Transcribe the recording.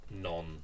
non